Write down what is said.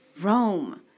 Rome